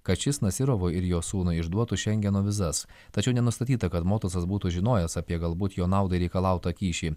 kad šis nasyrovui ir jo sūnui išduotų šengeno vizas tačiau nenustatyta kad motuzas būtų žinojęs apie galbūt jo naudai reikalautą kyšį